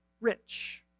rich